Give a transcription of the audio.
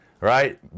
right